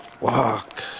walk